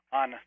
on